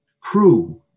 crew